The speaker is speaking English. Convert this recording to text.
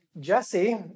Jesse